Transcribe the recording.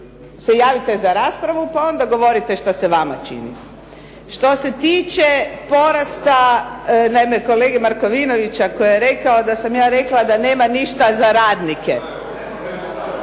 se javite za raspravu pa onda govorite što se vama čini. Što se tiče porasta naime kolege Markovinovića koji je rekao da sam ja rekla da nema ništa za radnike.